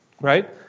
right